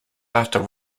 after